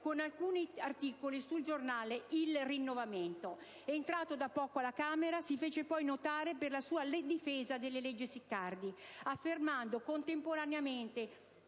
con alcuni articoli sul giornale "Il Rinnovamento". Entrato da poco alla Camera, si fece poi notare per la sua difesa delle leggi Siccardi, affermando contemporaneamente